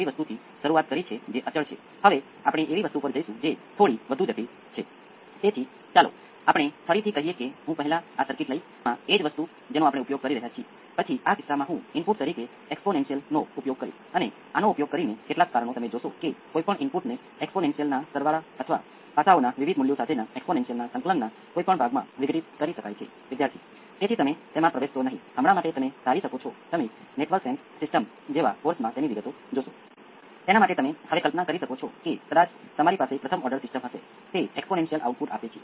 આ કિસ્સામાં p 1 એ p 2 ની બરાબર થશે અને તેમાંથી દરેક 1 ઓવર વર્ગમૂળમાં L C હશે અને આ કિસ્સામાં રિસ્પોન્સ નેચરલ રિસ્પોન્સ સ્વાભાવિક છે આ આપણી સામાન્ય RLC સર્કિટ માટે V c માટે natural response A 1 A 2 t exponential minus t by વર્ગમૂળમાં LC આ મૂળભૂત રીતે એક્સ્પોનેંસિયલ p 1 t બનશે